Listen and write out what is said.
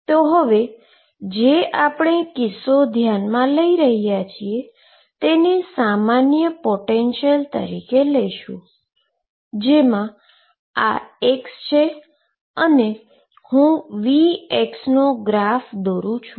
તો હવે જે આપણે કિસ્સો ધ્યાનમાં લઈ રહ્યા છીએ તેને સામાન્ય પોટેંશીઅલ તરીકે લઈશું જેમા આ x છે અને હું V નો ગ્રાફ દોરું છું